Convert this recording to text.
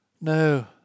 No